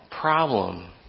problem